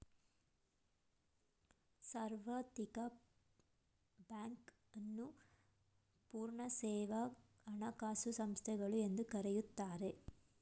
ಸಾರ್ವತ್ರಿಕ ಬ್ಯಾಂಕ್ ನ್ನು ಪೂರ್ಣ ಸೇವಾ ಹಣಕಾಸು ಸಂಸ್ಥೆಗಳು ಎಂದು ಕರೆಯುತ್ತಾರೆ